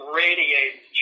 radiates